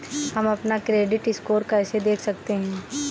हम अपना credit score कैसे देख सकते हैं?